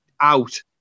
out